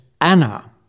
Anna